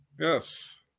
Yes